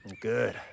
Good